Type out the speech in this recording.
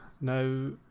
Now